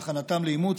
לשיקומם ולהכנתם לאימוץ.